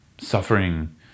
suffering